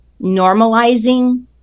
normalizing